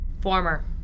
Former